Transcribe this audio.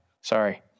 sorry